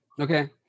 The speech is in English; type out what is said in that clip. okay